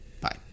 Bye